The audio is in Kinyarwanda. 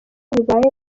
bibaye